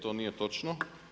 To nije točno.